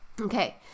okay